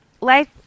life